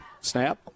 Snap